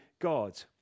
God